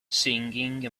singing